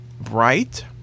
bright